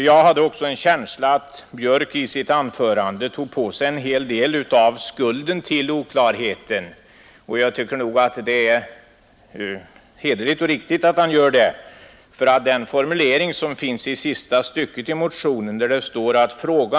Jag hade ocksa en känsla av att herr Björk i sitt anförande tog på sig en hel del av skulden till oklarheten — och jag tycker att det är hederligt och riktigt att han gör det. Den formulering som finns i sista stycket i motionen kan knappast tolkas på annat sätt än sekreterarna har gjort.